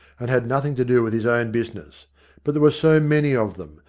and had nothing to do with his own business but there were so many of them,